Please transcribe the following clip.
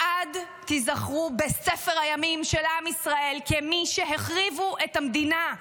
לעד תיזכרו בספר הימים של עם ישראל כמי שהחריבו את המדינה.